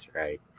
right